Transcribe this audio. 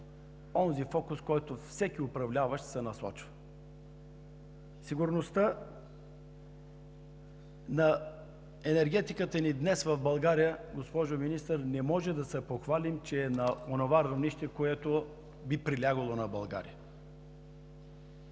онзи фокус, към който всеки управляващ се насочва. Сигурността на енергетиката и днес в България, госпожо Министър, не може да се похвалим, че е на онова равнище, което би прилягало на България.